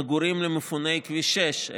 מגורים למפוני כביש 6,